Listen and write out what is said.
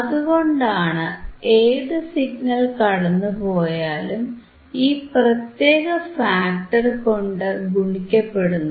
അതുകൊണ്ടാണ് ഏതു സിഗ്നൽ കടന്നുപോയാലും ഈ പ്രത്യേക ഫാക്ടർ കൊണ്ട് ഗുണിക്കപ്പെടുന്നത്